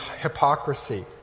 hypocrisy